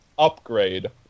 upgrade